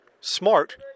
smart